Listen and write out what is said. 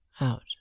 out